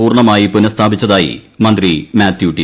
പൂർണമായി പുനസ്ഥാപിച്ചതായി മന്ത്രി മാത്യു ടി